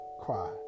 cry